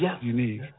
unique